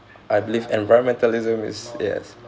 I believe environmentalism is yes